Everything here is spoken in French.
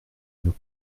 nous